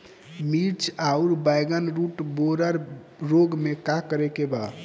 मिर्च आउर बैगन रुटबोरर रोग में का करे के बा?